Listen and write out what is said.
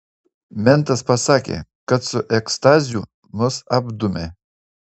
mentas pasakė kad su ekstazių mus apdūmė